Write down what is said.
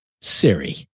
Siri